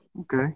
Okay